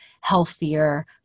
healthier